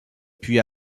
puis